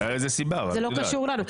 זה לא קשור אלינו.